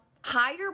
higher